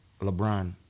LeBron